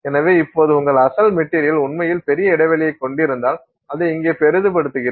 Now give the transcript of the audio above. எனவே இப்போது உங்கள் அசல் மெட்டீரியல் உண்மையில் பெரிய இடைவெளியைக் கொண்டிருந்தால் அதை இங்கே பெரிதுபடுத்துகிறேன்